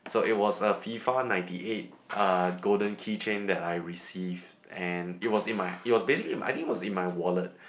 so it was a FIFA ninety eight golden keychain that I received and it was in my it was basically in my I think it was in my wallet